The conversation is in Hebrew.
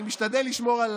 אני משתדל לשמור על